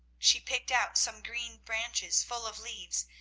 she picked out some green branches full of leaves,